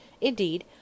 Indeed